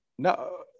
No